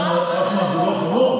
אחמר זה לא חמור?